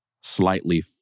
slightly